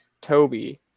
toby